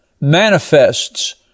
manifests